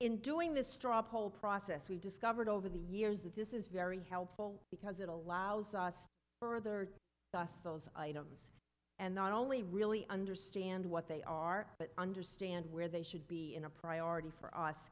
in doing the straw poll process we discovered over the years that this is very helpful because it allows us to further thus those items and not only really understand what they are but understand where they should be in a priority for us